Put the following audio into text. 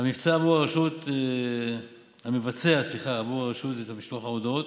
המבצע עבור הרשות את משלוח ההודעות,